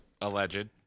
Alleged